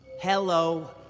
Hello